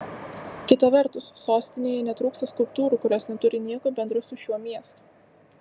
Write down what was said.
kita vertus sostinėje netrūksta skulptūrų kurios neturi nieko bendro su šiuo miestu